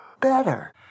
Better